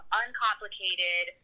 uncomplicated